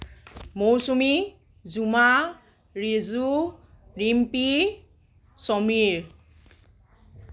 Mousumi Juma Riju Rimpi Samir